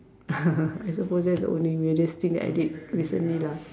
I supposed that's the only weirdest thing that I did recently lah